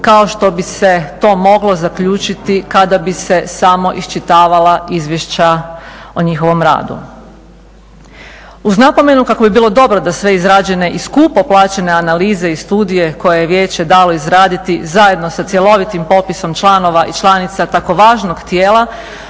kao što bi se to moglo zaključiti kada bi se samo iščitavala izvješća o njihovom radu. Uz napomenu kako bi bilo dobro da sve izrađene i skupo plaćene analize i studije koje je vijeće dalo izraditi zajedno sa cjelovitim popisom članova i članica tako važnog tijela